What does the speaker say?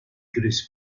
chris